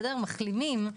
מחלימים.